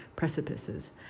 Precipices